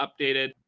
updated